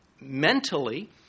mentally